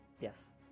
Yes